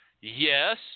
Yes